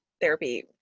therapy